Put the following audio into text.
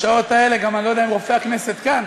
בשעות האלה אני גם לא יודע אם רופא הכנסת כאן,